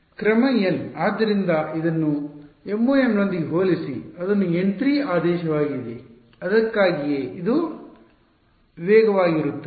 ಕ್ರಮ n ಆದ್ದರಿಂದ ಇದನ್ನು MoM ನೊಂದಿಗೆ ಹೋಲಿಸಿ ಅದು n3 ಆದೇಶವಾಗಿದೆ ಅದಕ್ಕಾಗಿಯೇ ಇದು ವೇಗವಾಗಿರುತ್ತದೆ